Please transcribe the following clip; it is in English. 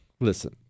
Listen